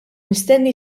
mistenni